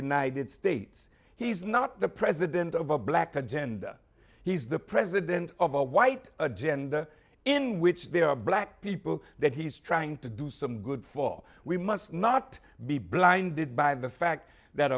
united states he's not the president of a black agenda he's the president of a white agenda in which there are black people that he's trying to do some good for we must not be blinded by the fact that